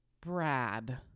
Brad